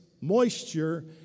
moisture